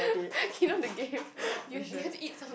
you know the game you you have to eat some